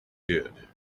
did